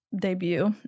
debut